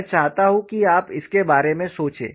मैं चाहता हूं कि आप इसके बारे में सोचें